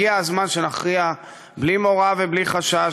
הגיע הזמן שנכריע בלי מורא ובלי חשש,